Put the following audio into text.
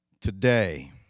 Today